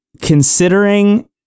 considering